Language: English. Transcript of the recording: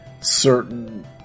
certain